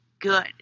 good